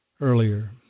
earlier